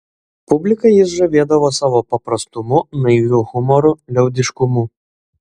publiką jis žavėdavo savo paprastumu naiviu humoru liaudiškumu